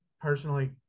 personally